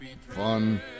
fun